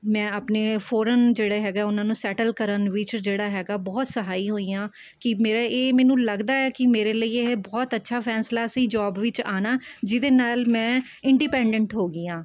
ਮੈਂ ਆਪਣੇ ਫੋਰਨ ਜਿਹੜੇ ਹੈਗਾ ਉਹਨਾਂ ਨੂੰ ਸੈਟਲ ਕਰਨ ਵਿੱਚ ਜਿਹੜਾ ਹੈਗਾ ਬਹੁਤ ਸਹਾਈ ਹੋਈ ਹਾਂ ਕਿ ਮੇਰਾ ਇਹ ਮੈਨੂੰ ਲੱਗਦਾ ਹੈ ਕਿ ਮੇਰੇ ਲਈ ਇਹ ਬਹੁਤ ਅੱਛਾ ਫ਼ੈਸਲਾ ਸੀ ਜੋਬ ਵਿੱਚ ਆਉਣਾ ਜਿਹਦੇ ਨਾਲ਼ ਮੈਂ ਇੰਡੀਪੈਂਡੈਂਟ ਹੋ ਗਈ ਹਾਂ